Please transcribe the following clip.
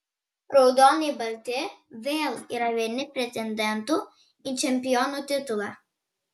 raudonai balti vėl yra vieni pretendentų į čempionų titulą